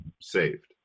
saved